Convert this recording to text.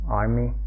army